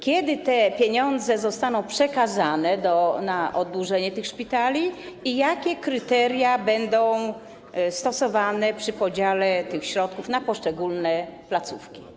Kiedy te pieniądze zostaną przekazane na oddłużenie tych szpitali i jakie kryteria będą stosowane przy podziale tych środków na poszczególne placówki?